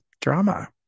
Drama